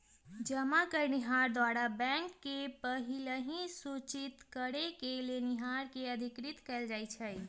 जमा करनिहार द्वारा बैंक के पहिलहि सूचित करेके लेनिहार के अधिकृत कएल जाइ छइ